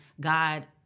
God